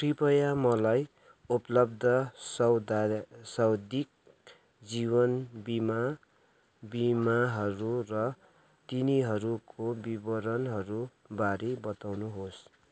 कृपया मलाई उपलब्ध सौधा सावधिक जीवन बिमा बिमाहरू र तिनीहरूको विवरणहरू बारे बताउनुहोस्